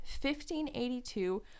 1582